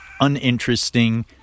uninteresting